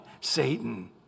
Satan